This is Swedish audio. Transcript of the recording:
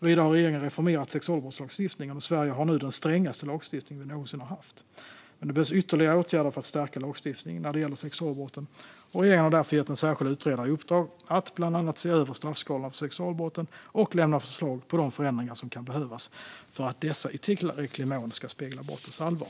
Vidare har regeringen reformerat sexualbrottslagstiftningen, och Sverige har nu den strängaste lagstiftningen vi någonsin haft. Men det behövs ytterligare åtgärder för att stärka lagstiftningen när det gäller sexualbrotten. Regeringen har därför gett en särskild utredare i uppdrag att bland annat se över straffskalorna för sexualbrotten och lämna förslag på de förändringar som kan behövas för att dessa i tillräcklig mån ska spegla brottens allvar.